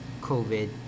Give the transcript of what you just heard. COVID